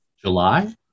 July